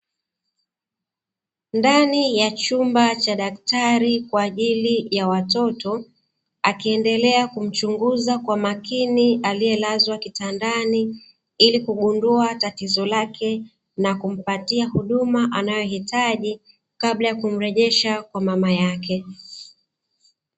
Ndani ya chumba cha daktari kwa ajili ya watoto, akiendelea kumchunguza kwa makini aliyelazwa kitandani, ili kugundua tatizo lake na kumpatia huduma anayohitaji kabla ya kumrejesha kwa mama yake.